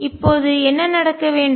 இப்போது என்ன நடக்க வேண்டும்